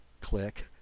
click